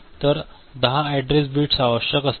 तर 10 address bits आवश्यक असतील